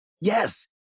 Yes